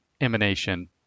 emanation